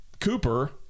Cooper